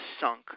sunk